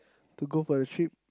to go for a trip